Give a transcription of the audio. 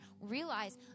realize